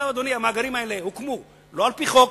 דרך אגב, אדוני, המאגרים האלה הוקמו לא על-פי חוק,